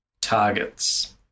targets